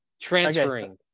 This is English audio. Transferring